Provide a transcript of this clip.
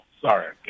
Sorry